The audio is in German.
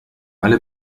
alle